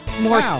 more